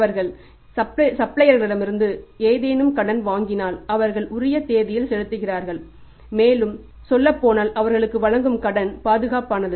அவர்கள் சப்ளையர்களிடமிருந்து ஏதேனும் கடன் வாங்கினால் அவர்கள் உரிய தேதியில் செலுத்துகிறார்கள் மேலும் சொல்லப்போனால் அவர்களுக்கு வழங்கும் கடன் பாதுகாப்பானது